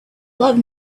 love